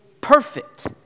perfect